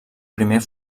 primer